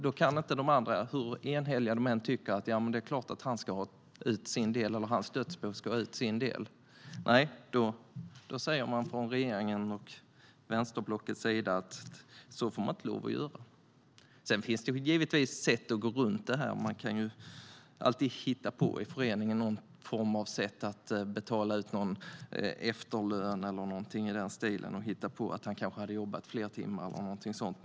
Då kan inte de andra ge hans dödsbo hans del, hur enhälligt de än tycker det, utan från regeringen och vänsterblocket säger man: Så får man inte lov att göra. Det finns givetvis sätt att gå runt detta. Man kan i föreningen alltid hitta på något sätt att betala efterlön eller något i den stilen, hitta på att han kanske hade jobbat fler timmar eller något sådant.